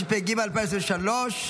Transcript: התשפ"ג 2023,